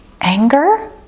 anger